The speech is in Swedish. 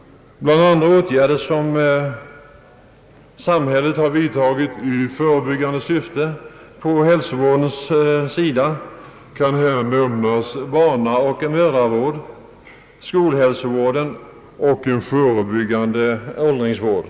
Bland andra åtgärder som samhället vidtagit i förebyggande syfte på hälsovårdens område kan här nämnas barnaoch mödravård, skolhälsovård och en förebyggande åldringsvård.